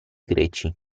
greci